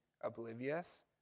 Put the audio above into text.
oblivious